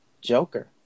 Joker